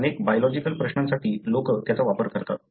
अनेक बायोलॉजिकल प्रश्नांसाठी लोक त्याचा वापर करतात